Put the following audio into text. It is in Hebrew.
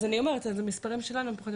אז אני אומרת שהמספרים שלנו הם פחות,